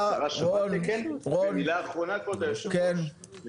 ומילה אחרונה, גם